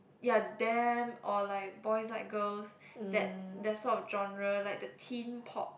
ya damn or like boys like girls that that sort of genre like the teen pop